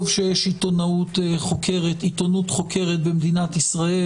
טוב שיש עיתונות חוקרת במדינת ישראל.